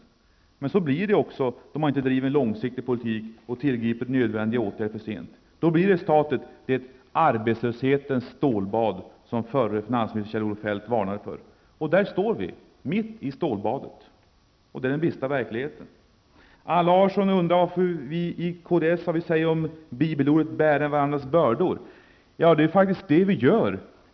Men så blir det också, då man inte driver en långsiktig politik och tillgriper nödvändiga åtgärder för sent. Då blir resultatet det ''arbetslöshetens stålbad'' som förre finansminstern Kjell-Olof Feldt varnade för. Och där står vi nu, mitt i stålbadet. Det är den bistra verkligheten. Allan Larsson undrade vad vi i kds säger om bibelorden ''bära varandras bördor''. Det är faktiskt vad vi gör.